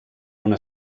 una